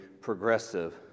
progressive